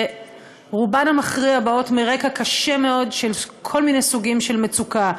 שרובן המכריע באות מרקע קשה מאוד של כל מיני סוגים של מצוקה,